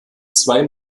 zwei